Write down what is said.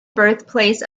birthplace